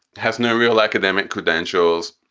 has no real academic credentials.